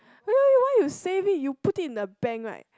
wait wait why you save it you put it in the bank right